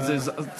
אזעקת